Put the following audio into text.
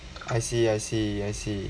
I see I see I see